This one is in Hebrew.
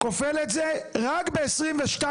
כופל את זה רק ב-22,000.